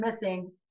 missing